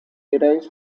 derives